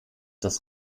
das